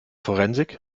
forensik